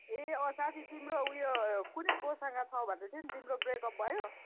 ए अँ साँच्ची तिम्रो उयो कुन्नि कोसँग छ भन्दैथियो नि तिम्रो ब्रेकअप भयो